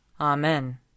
Amen